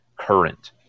Current